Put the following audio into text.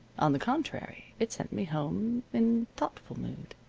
on the contrary, it sent me home in thoughtful mood,